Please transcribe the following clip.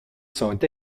sont